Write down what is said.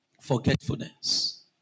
forgetfulness